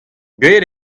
gwelet